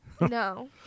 no